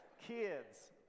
kids